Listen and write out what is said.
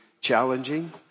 challenging